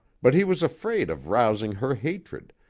but he was afraid of rousing her hatred,